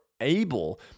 able